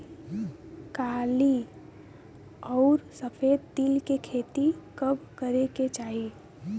काली अउर सफेद तिल के खेती कब करे के चाही?